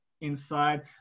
inside